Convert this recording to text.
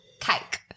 cake